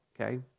Okay